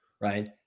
right